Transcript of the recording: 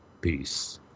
Peace